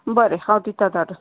बरें हांव दितां धाडून